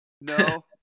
no